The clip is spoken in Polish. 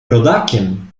rodakiem